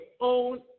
own